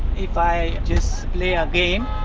if i just play a game,